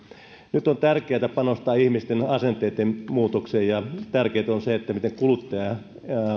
nyt on tärkeää panostaa ihmisten asenteitten muutokseen ja tärkeää on se miten